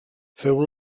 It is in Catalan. feu